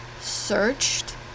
searched